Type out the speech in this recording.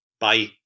bye